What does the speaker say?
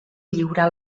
lliurar